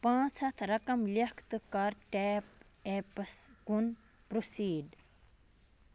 پانٛژھ ہَتھ رقم لٮ۪کھ تہٕ کَر ٹیپ اٮ۪پس کُن پروسیٖڈ